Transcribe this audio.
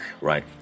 right